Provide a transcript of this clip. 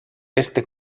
este